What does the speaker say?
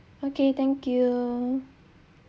okay thank you